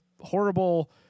horrible